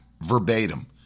verbatim